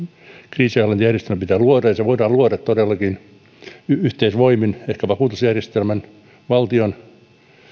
kriisienhallintajärjestelmä pitää luoda ja se voidaan luoda todellakin yhteisvoimin ehkä vakuutusjärjestelmän valtion